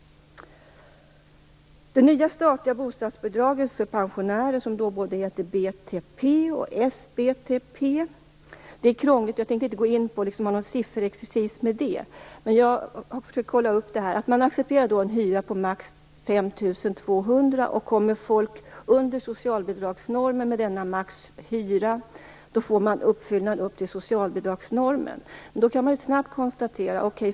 Det nya statliga bostadsbidraget för pensionärer heter BTP och SBTP. Det är krångligt, och jag tänker inte göra någon sifferexercis med det. Men jag har försökt att kontrollera hur det är. Man accepterar en hyra på maximalt 5 200 kr. Kommer människor under socialbidragsnormen med denna maxhyra får de uppfyllnad upp till socialbidragsnormen. Då kan man snabbt konstatera följande.